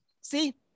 See